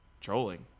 trolling